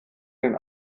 den